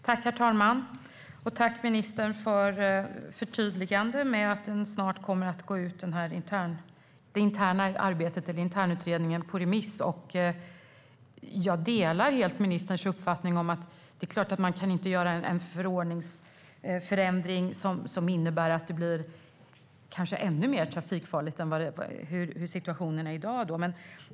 Herr talman! Jag tackar ministern för förtydligandet om att internutredningen snart kommer att gå ut på remiss. Jag delar helt ministerns uppfattning om att det är klart att man inte kan göra en förordningsförändring som innebär att det kanske blir ännu mer trafikfarligt än i dag.